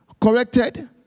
corrected